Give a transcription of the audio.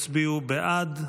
יצביעו בעד.